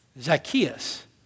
Zacchaeus